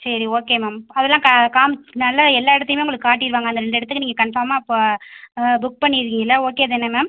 சரி okay ma'am அதலாம் க காம்ச்சு நல்லா எல்லா இடத்தையுமே உங்களுக்கு காட்டிடுவாங்க அந்த ரெண்டு இடத்துக்கு நீங்கள் கன்ஃபார்மாக ப புக் பண்ணி இருக்கீங்கல்ல ஓகே தானே மேம்